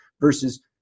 versus